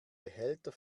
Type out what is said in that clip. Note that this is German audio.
behälter